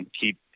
keep